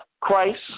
Christ